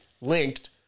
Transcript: linked